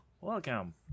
welcome